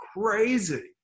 crazy